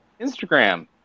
Instagram